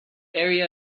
area